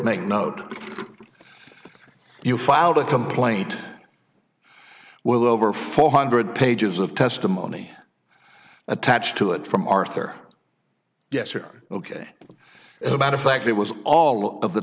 make note you filed a complaint well over four hundred pages of testimony attached to it from arthur yes or ok as a matter of fact it was all of the